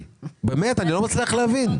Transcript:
באמת, אני לא מצליח להבין.